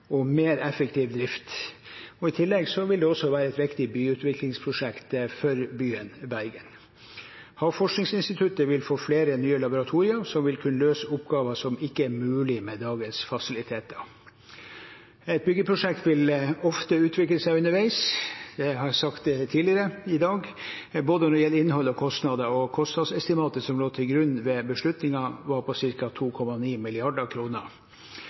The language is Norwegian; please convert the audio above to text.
og mer effektiv drift. I tillegg vil det være et viktig byutviklingsprosjekt for byen Bergen. Havforskningsinstituttet vil få flere nye laboratorier som vil kunne løse oppgaver som ikke er mulig med dagens fasiliteter. Et byggeprosjekt vil ofte utvikle seg underveis – jeg har sagt det tidligere i dag – når det gjelder både innhold og kostnader. Kostnadsestimatet som lå til grunn ved beslutningen, var på ca. 2,9